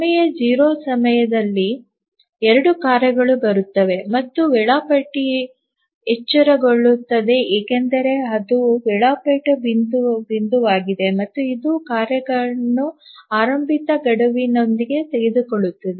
ಸಮಯ 0 ಸಮಯದಲ್ಲಿ ಎರಡೂ ಕಾರ್ಯಗಳು ಬರುತ್ತವೆ ಮತ್ತು ವೇಳಾಪಟ್ಟಿ ಎಚ್ಚರಗೊಳ್ಳುತ್ತದೆ ಏಕೆಂದರೆ ಅದು ವೇಳಾಪಟ್ಟಿ ಬಿಂದುವಾಗಿದೆ ಮತ್ತು ಇದು ಕಾರ್ಯವನ್ನು ಆರಂಭಿಕ ಗಡುವಿನೊಂದಿಗೆ ತೆಗೆದುಕೊಳ್ಳುತ್ತದೆ